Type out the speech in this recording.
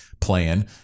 plan